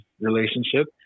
relationship